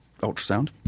ultrasound